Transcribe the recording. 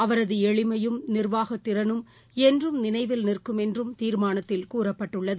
அவரதுஎளிமையும் நிர்வாகத் திறனும் என்றும் நினைவில் நிற்கும் என்றும் தீர்மானத்தில் கூற்ப்பட்டுள்ளது